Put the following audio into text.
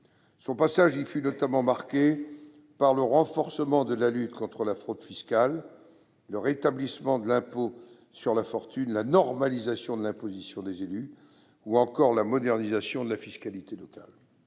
Son passage y fut notamment marqué par le renforcement de la lutte contre la fraude fiscale, le rétablissement de l'impôt sur la fortune, la normalisation de l'imposition des élus ou encore la modernisation de la fiscalité locale.